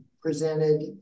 presented